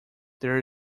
there